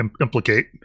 implicate